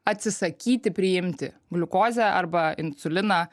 atsisakyti priimti gliukozę arba insuliną